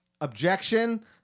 Objection